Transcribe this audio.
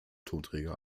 tonträger